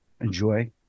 enjoy